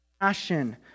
passion